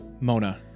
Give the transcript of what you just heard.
Mona